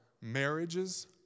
marriages